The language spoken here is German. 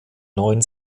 neuen